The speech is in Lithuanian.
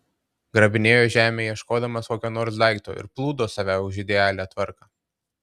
grabinėjo žemę ieškodamas kokio nors daikto ir plūdo save už idealią tvarką